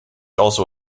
also